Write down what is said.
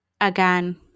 again